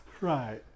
Right